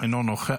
אינו נוכח.